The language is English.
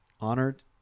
honored